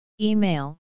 Email